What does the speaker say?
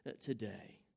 today